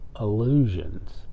illusions